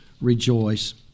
rejoice